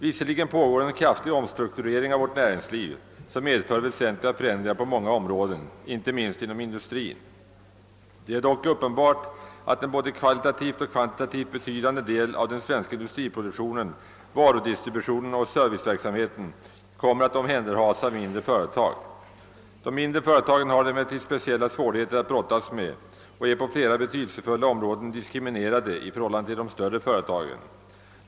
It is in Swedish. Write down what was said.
Visserligen pågår en kraftig omstrukturering av vårt näringsliv, som medför väsentliga förändringar på många områden inte minst inom industrin. Det är dock uppenbart att en både kvalitativt och kvantitativt betydande del av den svenska industriproduktionen, varudistributionen och serviceverksamheten kommer att omhänderhas av mindre företag. De mindre företagen har emellertid speciella svårigheter att brottas med och är på flera betydelsefulla områden diskriminerade i förhållande till de större företagen.